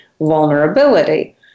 vulnerability